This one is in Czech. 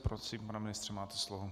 Prosím, pane ministře, máte slovo.